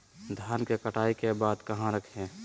धान के कटाई के बाद कहा रखें?